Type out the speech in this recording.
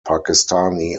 pakistani